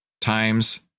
times